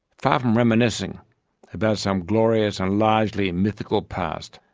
far from reminiscing about some glorious and largely mythical past,